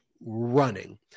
running